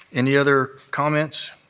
any other comments?